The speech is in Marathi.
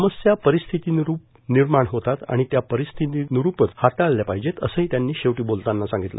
समस्या परिस्थितीनुरूप निर्माण होतात त्या परिस्थितीनुरूपच हाताळल्या पाहिजेत असं ही त्यांनी शेवटी बोलताना सांगितलं